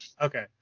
Okay